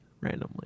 randomly